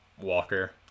Walker